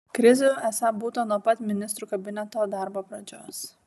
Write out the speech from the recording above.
krizių esą būta nuo pat ministrų kabineto darbo pradžios